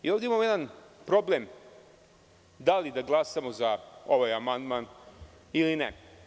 Ovde imamo jedan problem da li da glasamo za ovaj amandman ili ne?